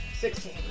Sixteen